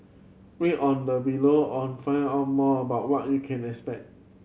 read on the below on find out more about what you can expect